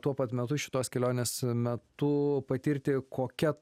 tuo pat metu šitos kelionės metu patirti kokia